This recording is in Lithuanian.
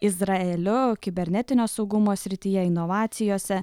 izraeliu kibernetinio saugumo srityje inovacijose